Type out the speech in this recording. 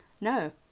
No